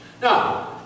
Now